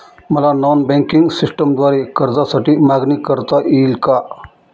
मला non banking सिस्टमद्वारे कर्जासाठी मागणी करता येईल का?